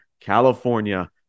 california